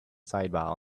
sidebar